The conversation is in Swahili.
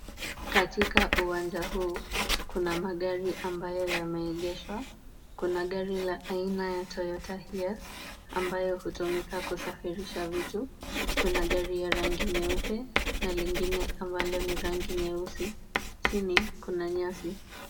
Katika uwanja huu kuna magari ambayo yameegeshwa, kuna gari la aina ya Toyota Hears ambayo utumika kusafirisha vitu ,kuna gari ya rangi nyeupe na lingine ambalo ni rangi nyeusi ,chini kuna nyasi .